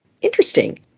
Interesting